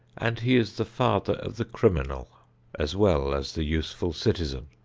and he is the father of the criminal as well as the useful citizen.